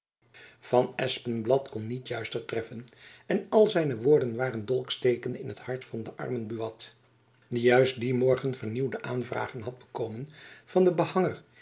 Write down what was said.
van espenblad kon niet juister treffen en al zijne woorden waren dolksteken in t hart van den armen buat die juist dien morgen vernieuwde aanvragen had bekomen van den behanger